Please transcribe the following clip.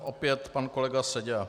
Opět pan kolega Seďa.